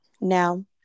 Now